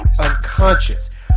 unconscious